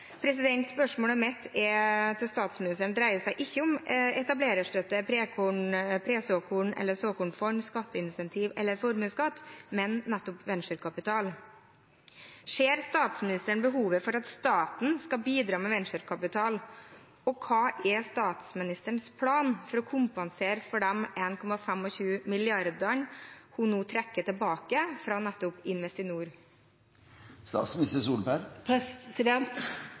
Spørsmålet mitt til statsministeren dreier seg ikke om etablererstøtte, pre-såkornfond eller såkornfond, skatteincentiver eller formuesskatt, men nettopp venturekapital. Ser statsministeren behovet for at staten skal bidra med venturekapital, og hva er statsministerens plan for å kompensere for de 1,25 milliardene hun nå trekker tilbake fra nettopp